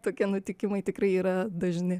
tokie nutikimai tikrai yra dažni